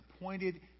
appointed